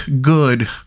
good